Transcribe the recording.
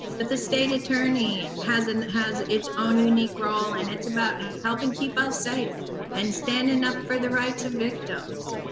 but the state attorney has and has its own unique role and it's about helping keep us safe and standing up for the rights of victims.